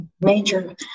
major